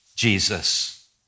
Jesus